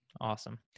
Awesome